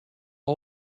all